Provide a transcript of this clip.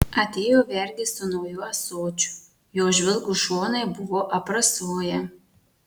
atėjo vergė su nauju ąsočiu jo žvilgūs šonai buvo aprasoję